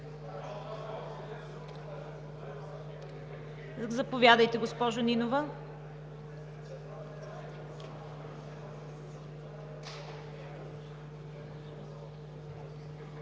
Заповядайте, госпожо Нинова.